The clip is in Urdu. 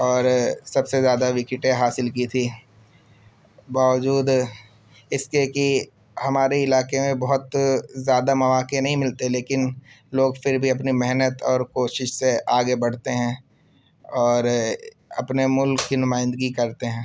اور سب سے زیادہ وکٹیں حاصل کی تھی باوجود اس کے کہ ہمارے علاقے میں بہت زیادہ مواقع نہیں ملتے لیکن لوگ پھر بھی اپنی محنت اور کوشش سے آگے بڑھتے ہیں اور اپنے ملک کی نمائندگی کرتے ہیں